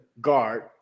guard